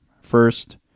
first